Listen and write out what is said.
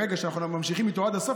ברגע שאנחנו ממשיכים איתו עד הסוף,